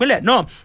No